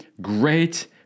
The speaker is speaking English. great